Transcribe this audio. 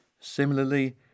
Similarly